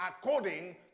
according